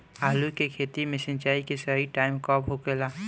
आलू के खेती मे सिंचाई के सही टाइम कब होखे ला?